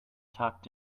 tucked